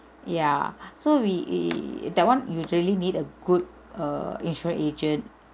ya so we e~ that one usually need a good err insurance agent